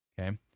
okay